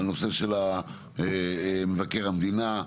על נושא שעל מבקר המדינה,